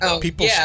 people